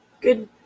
Good